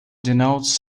denotes